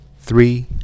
three